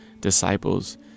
disciples